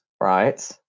Right